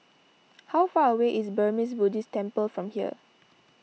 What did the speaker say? how far away is Burmese Buddhist Temple from here